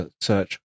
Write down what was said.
search